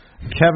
Kevin